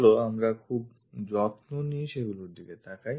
চলো আমরা খুব যত্ন নিয়ে সেগুলির দিকে তাকাই